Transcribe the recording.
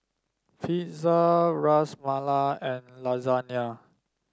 Pizza Ras Malai and Lasagna